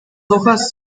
hojas